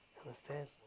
Understand